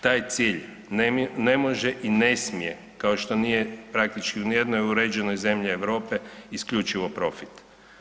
Taj cilj ne može i ne smije kao što nije praktički u nijednoj uređenoj zemlji Europe isključivo profit.